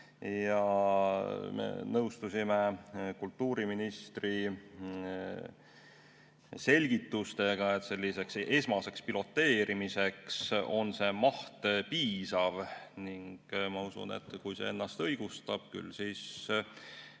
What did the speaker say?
Me nõustusime kultuuriministri selgitustega, et esmaseks piloteerimiseks on see maht piisav. Ma usun, et kui see ennast õigustab, küll siis